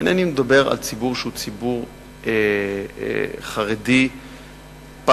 אינני מדבר על ציבור חרדי פר-אקסלנס,